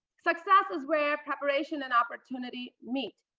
success is where preparation and opportunity meet.